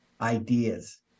ideas